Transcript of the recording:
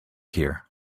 here